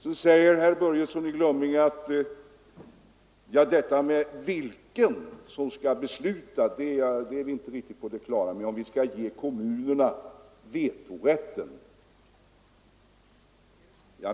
Sedan säger herr Börjesson i Glömminge att man inte är riktigt på det klara med vem som skall besluta; man vet inte om man skall ge kommunerna vetorätt.